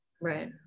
right